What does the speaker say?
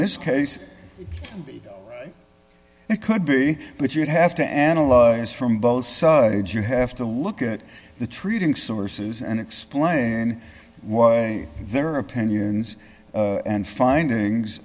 this case it could be but you'd have to analyze this from both sides you have to look at the treating sources and explain why their opinions and findings